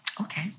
Okay